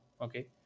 Okay